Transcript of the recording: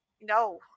No